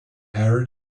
arid